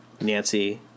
Nancy